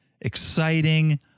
exciting